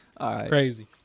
crazy